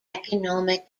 economic